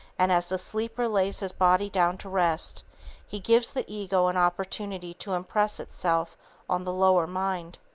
and as the sleeper lays his body down to rest he gives the ego an opportunity to impress itself on the lower mind.